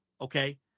Okay